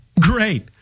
Great